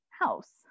house